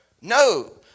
No